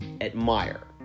admire